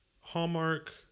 Hallmark